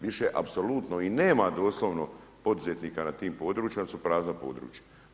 Više apsolutno i nema doslovno poduzetnika na tim područjima jer su prazna područja.